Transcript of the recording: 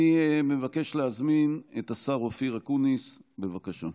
אני מבקש להזמין את השר אופיר אקוניס, בבקשה.